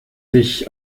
sich